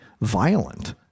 violent